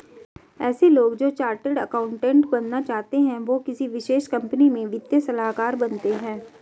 ऐसे लोग जो चार्टर्ड अकाउन्टन्ट बनना चाहते है वो किसी विशेष कंपनी में वित्तीय सलाहकार बनते हैं